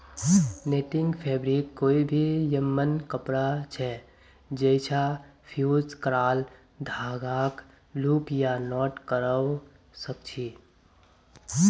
netting fabric कोई भी यममन कपड़ा छ जैइछा फ़्यूज़ क्राल धागाक लूप या नॉट करव सक छी